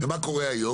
ומה קורה היום?